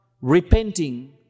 repenting